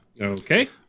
Okay